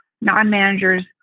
non-managers